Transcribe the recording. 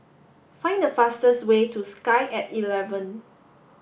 find the fastest way to Sky at eleven